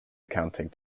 accounting